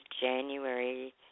January